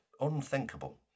Unthinkable